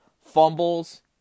Fumbles